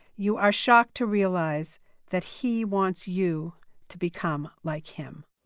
you are shocked to realize that he wants you to become like him.